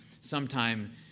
sometime